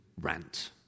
rant